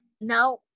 Now